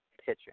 pitching